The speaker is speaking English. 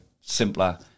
Simpler